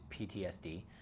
PTSD